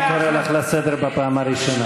אני קורא אותך לסדר פעם ראשונה.